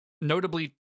notably